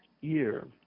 year